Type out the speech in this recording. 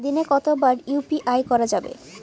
দিনে কতবার ইউ.পি.আই করা যাবে?